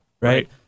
right